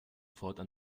fortan